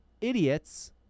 idiots